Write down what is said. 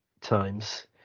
times